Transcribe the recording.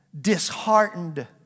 disheartened